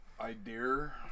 Idea